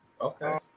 Okay